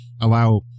allow